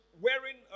wearing